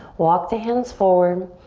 walk the hands forward.